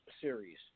series